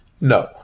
No